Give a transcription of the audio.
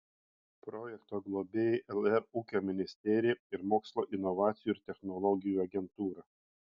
projekto globėjai lr ūkio ministerija ir mokslo inovacijų ir technologijų agentūra